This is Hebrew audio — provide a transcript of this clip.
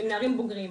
הם נערים בוגרים.